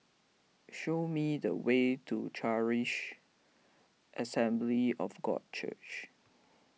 show me the way to Charis Assembly of God Church